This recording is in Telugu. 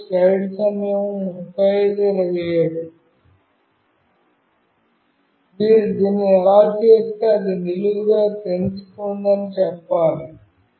చూడండి స్లయిడ్ సమయం 3527 మీరు దీన్ని ఇలా చేస్తే అది నిలువుగా క్రిందికి ఉందని చెప్పాలి